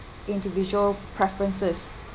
individual preferences